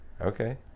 Okay